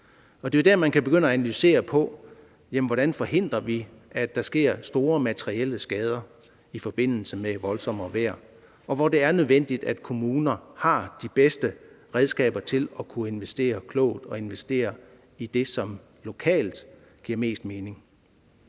det jo der, man kan begynde at analysere, hvordan vi forhindrer, at der sker store materielle skader i forbindelse med voldsommere vejr, og hvor det er nødvendigt, at kommuner har de bedste redskaber til at kunne investere klogt og investere i det, som lokalt giver mest mening.